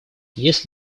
есть